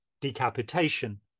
decapitation